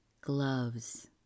gloves